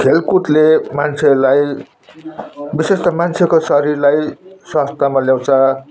खेलकुदले मानिसहरूलाई विशेष त मान्छेको शरीरलाई स्वास्थ्यमा ल्याउँछ